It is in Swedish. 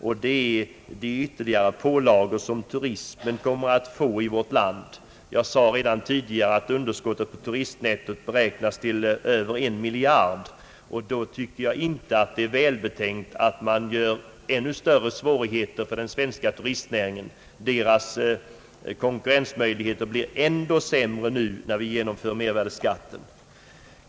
Det gäller de ytterligare pålagor som turismen kommer att få i vårt land. Jag sade redan tidigare att underskottet på turistnettot beräknas till över en miljard kronor. Då tycker jag att det inte är välbetänkt att man förorsakar den svenska turistnäringen ännu större svårigheter. Dess konkurrensmöjligheter blir ännu sämre nu, när vi genomför mervärdeskatten.